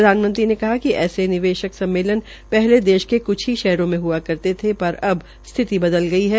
प्रधानमंत्री ने कहा कि ऐसे निवेशक सममेलन पहले देश के कुछ ही शहरों में हुआ करते अब स्थिति बदल गई है